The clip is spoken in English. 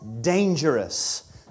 dangerous